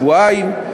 שבועיים.